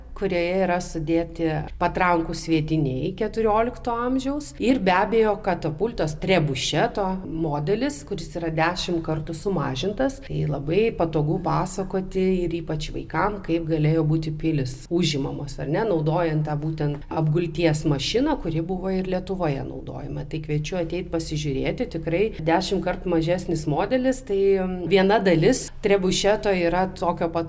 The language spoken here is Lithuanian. kurioje yra sudėti patrankų sviediniai keturiolikto amžiaus ir be abejo katapultos trebušeto modelis kuris yra dešimt kartų sumažintas tai labai patogu pasakoti ir ypač vaikam kaip galėjo būti pilys užimamos ar ne naudojant tą būtent apgulties mašiną kuri buvo ir lietuvoje naudojama tai kviečiu ateit pasižiūrėti tikrai dešimt kart mažesnis modelis tai viena dalis trebušeto yra tokio pat